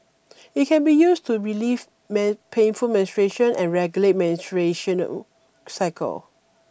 it can be used to relieve man painful menstruation and regulate menstruation cycle